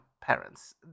parents